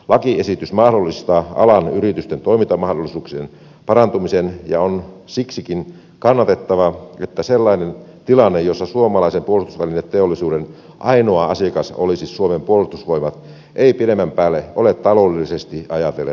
lakiesitys mahdollistaa alan yritysten toimintamahdollisuuksien parantumisen ja on siksikin kannatettava että sellainen tilanne jossa suomalaisen puolustusvälineteollisuuden ainoa asiakas olisi suomen puolustusvoimat ei pidemmän päälle ole taloudellisesti ajatellen mahdollista